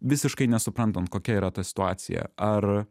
visiškai nesuprantant kokia yra ta situacija ar